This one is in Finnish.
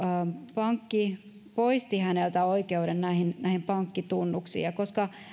pankki poisti häneltä oikeuden näihin näihin pankkitunnuksiin ja koska